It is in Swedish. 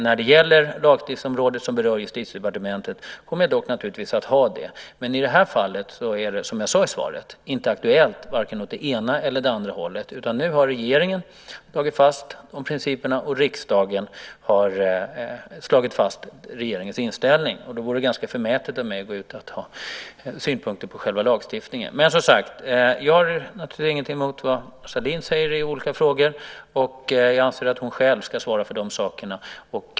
När det gäller lagstiftningsområdet, som berör Justitiedepartementet, kommer jag dock naturligtvis att ha det. Men i det här fallet är det, som jag sade i svaret, inte aktuellt åt vare sig det ena eller det andra hållet. Nu har regeringen slagit fast principerna, och riksdagen har slagit fast regeringens inställning. Det vore ganska förmätet av mig att gå ut och ha synpunkter på själva lagstiftningen. Jag har naturligtvis inget emot vad Mona Sahlin säger i olika frågor. Jag anser att hon själv ska svara för dessa saker.